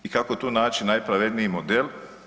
I kako tu naći najpravedniji model?